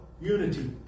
Unity